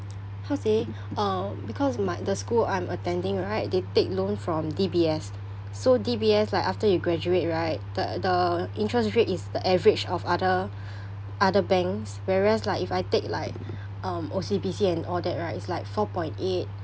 how to say um because my the school I'm attending right they take loan from D_B_S so D_B_S like after you graduate right the the interest rate is the average of other other banks whereas like if I take like um O_C_B_C and all that right it's like four point eight